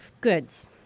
goods